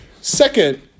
Second